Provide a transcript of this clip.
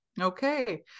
okay